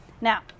Now